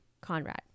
Conrad